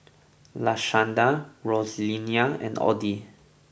Lashanda Rosalia and Oddie